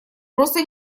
просто